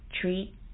treat